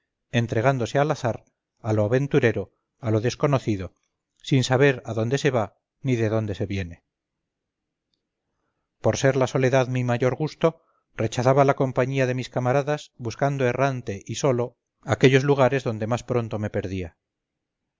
entregándose al azar a lo aventurero a lo desconocido sin saber a dónde se va ni de dónde se viene por ser la soledad mi mayor gusto rechazaba la compañía de mis camaradas buscando errante y solo aquellos lugares donde más pronto me perdía